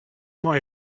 mei